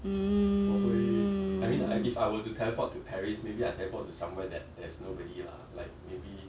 mm